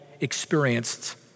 experienced